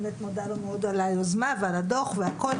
ותודה מאוד על היוזמה ועל הדוח ועל הכול,